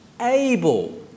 able